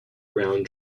round